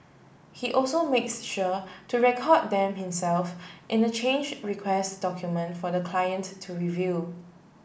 he also makes sure to record them himself in a change request document for the client to review